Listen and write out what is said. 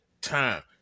time